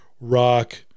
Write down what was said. rock